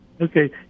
Okay